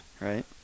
Right